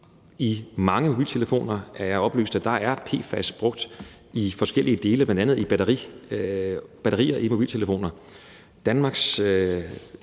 I mange mobiltelefoner, er jeg blevet oplyst om, er PFAS brugt i forskellige dele, bl.a. i batterier i mobiltelefoner.